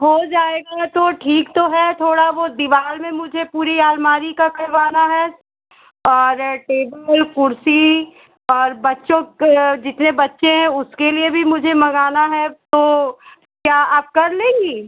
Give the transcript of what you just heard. हो जाएगा तो ठीक तो है थोड़ा वह दीवार में मुझे पूरी अलमारी का करवाना है और टेबल कुर्सी और बच्चों के जितने बच्चे हैं उसके लिए भी मुझे मँगाना है तो क्या आप कर लेंगी